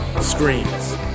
screens